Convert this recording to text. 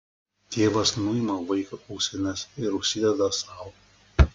tėvas nuima vaikui ausines ir užsideda sau